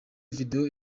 video